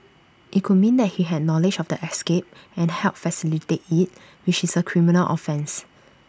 IT could mean that he had knowledge of the escape and helped facilitate IT which is A criminal offence